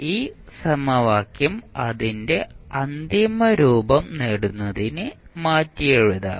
ഈ സമവാക്യം അതിന്റെ അന്തിമ രൂപം നേടുന്നതിന് മാറ്റിയെഴുതാം